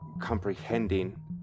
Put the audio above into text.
comprehending